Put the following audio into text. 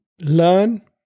learn